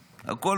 אתה פוגע בימין,